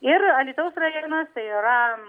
ir alytaus rajonuose yra